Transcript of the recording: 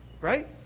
Right